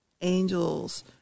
Angels